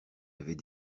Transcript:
avait